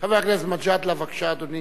חבר הכנסת מג'אדלה, בבקשה, אדוני.